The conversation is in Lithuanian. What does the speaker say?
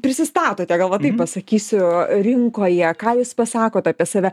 prisistatote gal va pasakysiu rinkoje ką jūs pasakot apie save